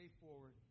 forward